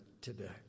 today